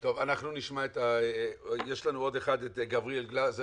אנחנו נשמע את גבריאל גלזר,